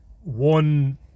one